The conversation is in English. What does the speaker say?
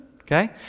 okay